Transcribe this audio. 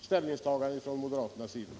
ställningstagande från moderaternas sida?